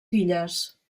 filles